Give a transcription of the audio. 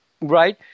right